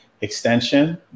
extension